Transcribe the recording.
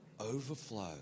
overflow